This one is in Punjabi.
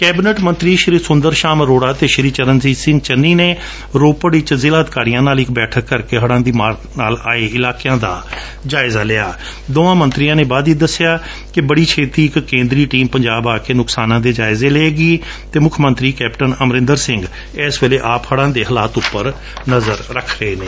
ਕੈਬਨਿਟ ਮੰਤਰੀ ਸੂੰਦਰ ਸ਼ਾਮ ਅਰੋੜਾ ਅਤੇ ਚਰਨਜੀਤ ਸਿੰਘ ਚੰਨੀ ਨੇ ਰੂਪਨਗਰ ਵਿਚ ਜ਼ਿਲ੍ਹਾ ਅਧਿਕਾਰੀਆਂ ਨਾਲ ਇਕ ਬੈਠਕ ਕਰਦੇ ਹੜਾ ਦੀ ਮਾਰ ਆਏ ਇਲਾਕਿਆ ਦਾ ਜਾਇਜ਼ਾ ਲਿਆ ਦੋਵਾ ਮੰਤਰੀਆਂ ਨੇ ਬਾਅਦ ਵਿਚ ਦਸਿਆ ਕਿ ਬੜੀ ਛੇਤੀ ਇਕ ਕੇਦਰੀ ਟੀਮ ਪੰਜਾਬ ਆ ਕੇ ਨੂਕਸਾਨਾਂ ਦੇ ਜਾਇਜ਼ੇ ਲਵੇਗੀ ਅਤੇ ਮੁੱਖ ਮੰਤਰੀ ਕੈਪਟਨ ਅਮਰਿੰਦਰ ਸਿੰਘ ਇਸ ਵੇਲੇ ਆਪ ਹੜਾਂ ਦੇ ਹਾਲਾਤ ਤੇ ਨਜ਼ਰ ਰੱਖੇ ਹੋਏ ਨੇ